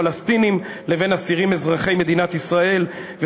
פלסטינים לבין שחרור אסירים אזרחי מדינת ישראל,